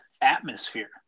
atmosphere